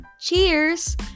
Cheers